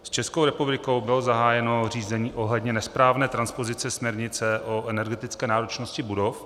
S Českou republikou bylo zahájeno řízení ohledně nesprávné transpozice směrnice o energetické náročnosti budov.